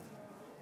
לא שומעים.